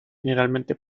generalmente